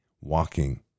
walking